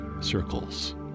circles